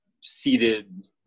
seated